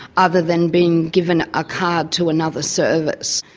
other than being given a card to another service.